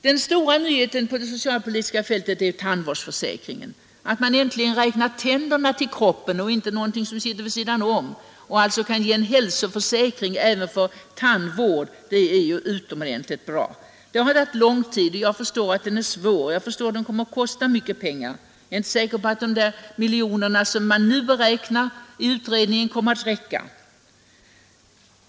Den stora nyheten på det socialpolitiska fältet är tandvårdsförsäkringen. Att man äntligen räknar tänderna till kroppen och inte som någonting som sitter vid sidan om och att man alltså kan ge en hälsoförsäkring även för tandvård är ju utomordentligt bra. Det har tagit lång tid, och jag förstår att tandvårdsförsäkringen är svår att genomföra och att det kommer att kosta mycket pengar. Jag är inte säker på att de miljoner som man nu beräknar i utredningen kommer att räcka.